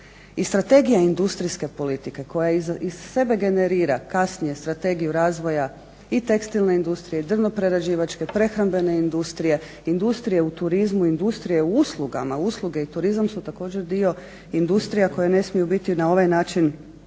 I strategija industrijske politike koja iz sebe generira kasnije strategiju razvoja i tekstilne industrije, drvoprerađivačke, prehrambene industrije, industrije u turizmu, industrije u uslugama. Usluge i turizam su također dio industrija koje ne smiju biti na ovaj način